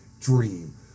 dream